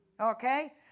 okay